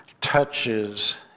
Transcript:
touches